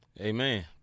Amen